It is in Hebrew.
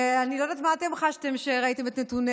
אני לא יודעת מה אתם חשתם כשראיתם את נתוני